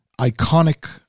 iconic